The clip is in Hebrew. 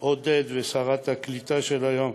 עודד ושרת הקליטה של היום,